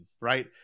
right